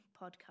podcast